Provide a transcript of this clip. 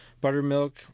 buttermilk